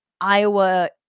Iowa